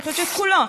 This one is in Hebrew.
אני חושבת שאת כולו,